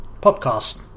podcast